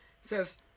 says